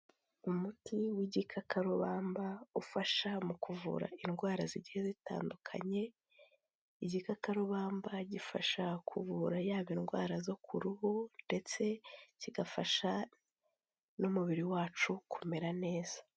Umuti w'igikakarubamba ufasha mu kuvura indwara zigiye zitandukanye, igikakarubamba gifasha kuvura yaba indwara zo ku ruhu ndetse kigafasha n'umubiri wacu kumera neza.